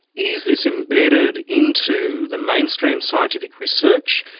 is this embedded into the mainstream scientific research,